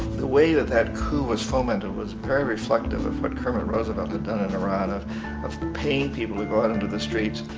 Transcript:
the way, that that coup was fomented was very reflective of what kermit roosevelt had done in iran. of of paying people to go out onto the streets,